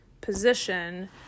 position